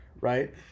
right